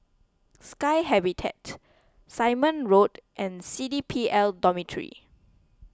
Sky Habitat Simon Road and C D P L Dormitory